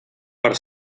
per